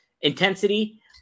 Intensity